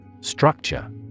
Structure